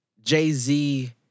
Jay-Z